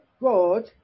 God